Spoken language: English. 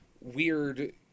weird